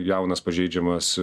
jaunas pažeidžiamas